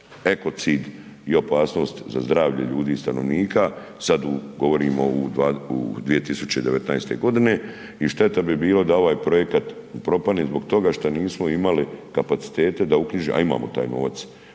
ekocid i opasnost za zdravlje ljudi i stanovnika. Sad govorimo u 2019. godine i šteta bi bilo da ovaj projekat propadne zbog toga što nismo imali kapacitete da uknjiže, a imamo taj novac